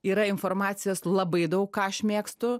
yra informacijos labai daug ką aš mėgstu